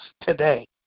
today